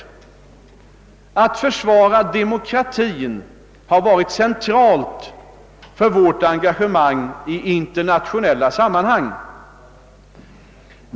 Ambitionen att försvara demokratin har varit central för vårt engagemang i internationella sammanhang.